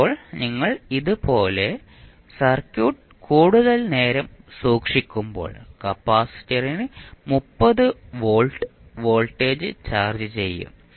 ഇപ്പോൾ നിങ്ങൾ ഇതുപോലെയുള്ള സർക്യൂട്ട് കൂടുതൽ നേരം സൂക്ഷിക്കുമ്പോൾ കപ്പാസിറ്ററിന് 30 വോൾട്ട് വോൾട്ടേജ് ചാർജ്ജ് ചെയ്യും